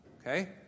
Okay